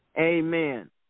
Amen